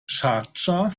schardscha